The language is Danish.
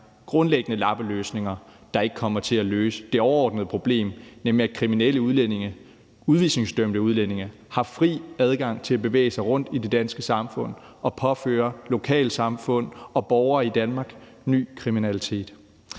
grundlæggende er lappeløsninger, der ikke kommer til at løse det overordnede problem, nemlig at kriminelle udlændinge – udvisningsdømte udlændinge – har fri adgang til at bevæge sig rundt i det danske samfund og påføre lokalsamfund og borgere i Danmark ny kriminalitet.